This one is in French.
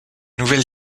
nouvelle